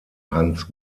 hans